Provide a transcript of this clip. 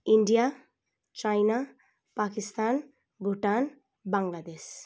India China Pakistan Bhutan Bangladesh